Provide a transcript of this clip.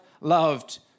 loved